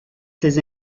ses